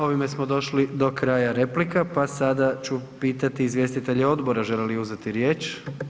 Ovime smo došli do kraja replika, pa sada ću pitati izvjestitelje odbora žele li uzeti riječ?